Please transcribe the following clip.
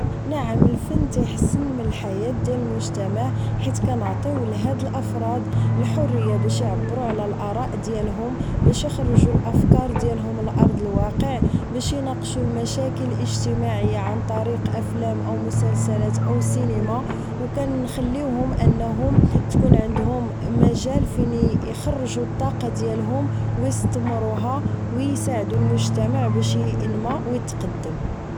نعم الفن يحسن من الحياة داخل المجتمع حيت كنعطيه للافراد الحرية باش يعبرو على الاراء ديالهم باش يخرجو الافكار ديالهم الى ارض الواقع باش يناقشو المشاكل الاجتماعيه عن طريق افلام او مسلسلات او سينما ونخليوهم انهم تكون عندهم مجال فين يخرجوا طاقتهم ويستمروا ويساعدوا المجتمع باش ينمى ويتقدم